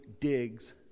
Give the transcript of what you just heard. digs